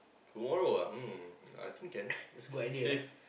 tomorrow ah um I think can safe